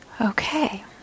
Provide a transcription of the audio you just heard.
Okay